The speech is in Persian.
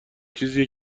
چیزیه